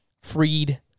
freed